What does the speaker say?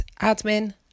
admin